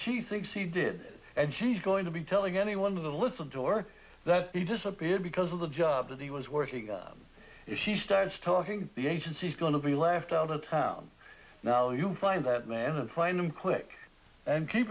she thinks he did and she's going to be telling anyone to listen to or that he disappeared because of the job that he was working she started stalking the agency is going to be laughed out of town now you find that man and find him click and keep